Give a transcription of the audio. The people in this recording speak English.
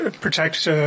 protect